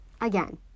again